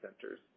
centers